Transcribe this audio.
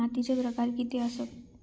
मातीचे प्रकार किती आसत?